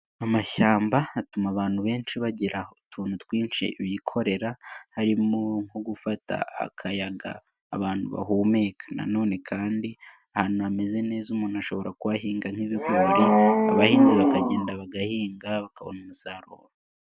Amashyamba atuma abantu benshi bagira utuntu twinshi bikorera harimo nko gufata akayaga abantu bahumeka, nanone kandi ahantu hameze neza umuntu ashobora kuhahinga nk'ibigori abahinzi bakagenda bagahinga bakabona umusaruro.